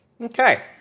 Okay